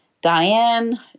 Diane